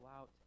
out